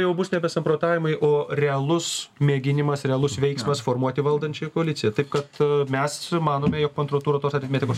jau bus nebe samprotavimai o realus mėginimas realus veiksmas formuoti valdančiąją koaliciją taip kad mes manome jog po antro turo tos aritmetikos